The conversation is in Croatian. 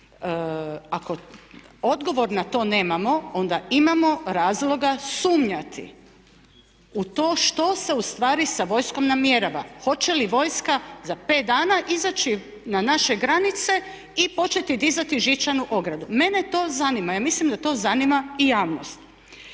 Ako odgovor na to nemamo onda imamo razloga sumnjati u to što se ustvari sa vojskom namjerava. Hoće li vojska za 5 dana izaći na naše granice i početi dizati žičanu ogradu? Mene to zanima, ja mislim da to zanima i javnost.